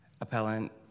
appellant